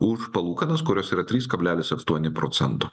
už palūkanas kurios yra trys kablelis aštuoni procento